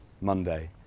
Monday